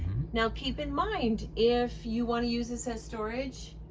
now keep in mind if you want to use this as storage,